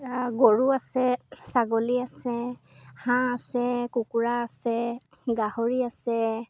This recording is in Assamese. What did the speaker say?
গৰু আছে ছাগলী আছে হাঁহ আছে কুকুৰা আছে গাহৰি আছে